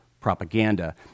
Propaganda